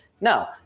no